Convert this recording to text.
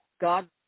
God